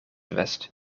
west